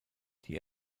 die